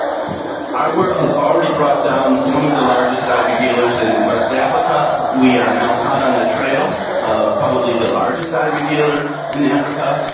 our work has already brought down one of the largest ivory dealers in west africa. we are now hot on the trail of probably the largest ivory dealer in africa.